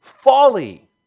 folly